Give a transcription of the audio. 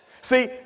See